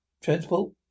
transport